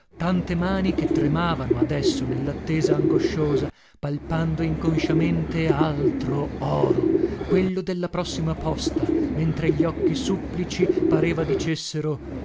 tante mani che tremavano adesso nellattesa angosciosa palpando inconsciamente altro oro quello della prossima posta mentre gli occhi supplici pareva dicessero